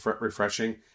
refreshing